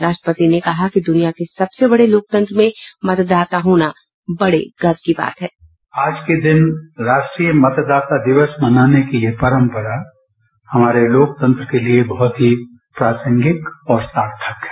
राष्ट्रपति ने कहा कि दुनिया के सबसे बड़े लोकतंत्र में मतदाता होना बड़े गर्व की बात है बाईट आज के दिन राष्ट्रीय मतदाता दिवस मनाने की ये परंपरा हमारे लोकतंत्र के लिए बहुत ही प्रासंगिक और सार्थक है